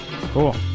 Cool